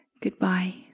Goodbye